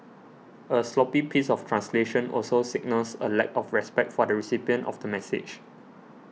a sloppy piece of translation also signals a lack of respect for the recipient of the message